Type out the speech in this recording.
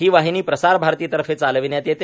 ही वाहिनी प्रसारभारती तर्फे चालवण्यात येते